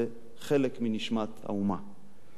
חלק מנשמת האומה".